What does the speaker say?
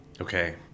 Okay